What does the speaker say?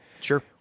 Sure